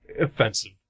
Offensive